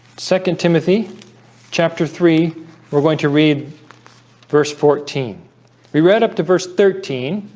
second timothy chapter three we're going to read verse fourteen we read up to verse thirteen